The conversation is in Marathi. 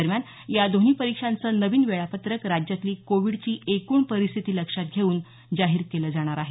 दरम्यान या दोन्ही परीक्षांचं नवीन वेळापत्रक राज्यातली कोविडची एकूण परिस्थिती लक्षात घेऊन जाहीर केलं जाणार आहे